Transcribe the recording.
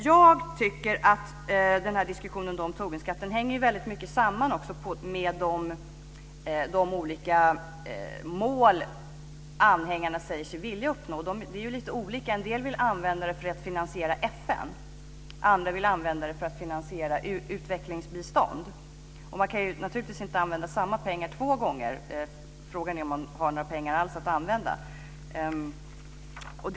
Jag tycker att diskussionen om Tobinskatten väldigt mycket hänger samman med de olika mål som anhängarna säger sig vilja uppnå. Det är ju lite olika mål. En del vill använda det här till att finansiera FN. Andra vill använda det till att finansiera utvecklingsbistånd. Men naturligtvis kan inte samma pengar användas två gånger. Frågan är om man alls har några pengar att använda.